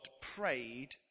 prayed